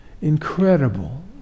Incredible